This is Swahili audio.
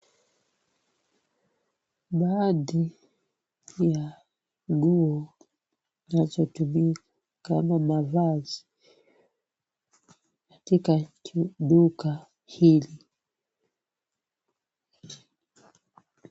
Baadhi ya nguo zinazotumika kama mavazi katika duka hili.